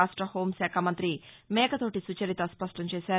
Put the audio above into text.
రాష్ట్ష హూంశాఖ మంతి మేకతోటీ సుచరిత స్పష్ణం చేశారు